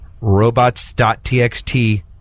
robots.txt